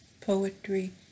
Poetry